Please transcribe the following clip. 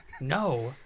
no